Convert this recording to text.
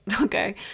okay